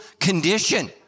condition